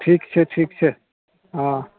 ठीक छै ठीक छै हँ